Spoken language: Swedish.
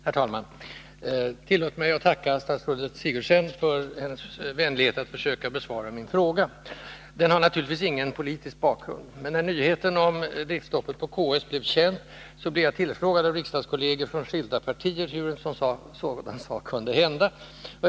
Herr talman! Tillåt mig att tacka statsrådet Sigurdsen för hennes vänlighet att försöka besvara min fråga. Den har naturligtvis ingen politisk bakgrund. Men när nyheten om driftstoppet vid Karolinska sjukhuset blev känt blev jag tillfrågad av riksdagskolleger från skilda partier om hur en sådan sak kunde inträffa.